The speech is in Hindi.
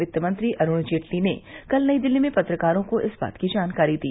वित्त मंत्री अरूण जेटली ने कल नई दिल्ली में पत्रकारों को इस बात की जानकारी दी